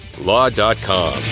Law.com